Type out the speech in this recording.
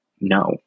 no